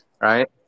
right